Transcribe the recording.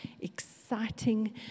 exciting